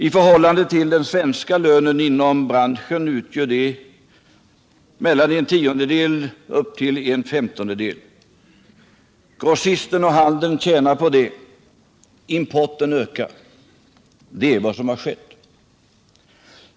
Det motsvarar mellan en tiondel och en femtondel av den svenska lönen inom branschen. Grossisten ochhandeln tjänar på det. Importen ökar. Det är vad som har skett.